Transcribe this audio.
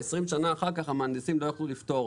20 שנים אחר כך המהנדסים לא יוכלו לפתור,